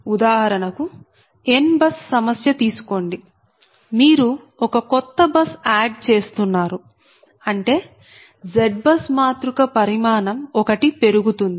ఉదాహరణకు n bus సమస్య తీసుకోండి మీరు ఒక కొత్త బస్ ఆడ్ చేస్తున్నారు అంటే ZBUS మాతృక పరిమాణం ఒకటి పెరుగుతుంది